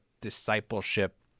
discipleship